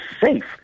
safe